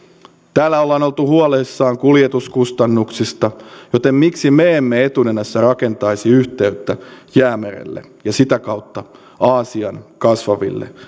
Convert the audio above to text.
täällä ollaan oltu huolissaan kuljetuskustannuksista joten miksi me emme etunenässä rakentaisi yhteyttä jäämerelle ja sitä kautta aasian kasvaville